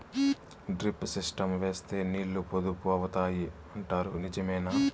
Drip system వేస్తే నీళ్లు పొదుపు అవుతాయి అంటారు నిజమేనా?